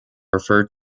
referred